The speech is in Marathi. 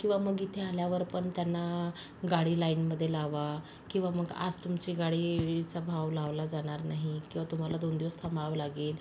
किंवा मग इथे आल्यावर पण त्यांना गाडी लाइनमधे लावा किंवा मग आज तुमची गाडीचा भाव लावला जाणार नाही किंवा तुम्हाला दोन दिवस थांबावं लागेल